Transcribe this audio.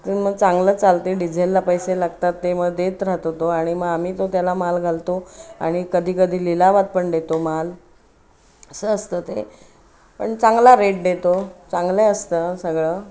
मग चांगलं चालते डिझेलला पैसे लागतात ते मग देत राहतो तो आणि मग आम्ही तो त्याला माल घालतो आणि कधी कधी लिलावात पण देतो माल असं असतं ते पण चांगला रेट देतो चांगले असतं सगळं